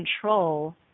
control